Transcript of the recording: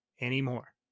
anymore